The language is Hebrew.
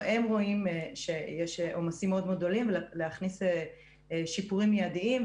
הם רואים שיש עומסים מאוד גדולים ולהכניס שיפורים מידיים.